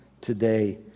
today